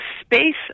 space